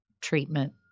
treatment